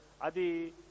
adi